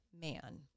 man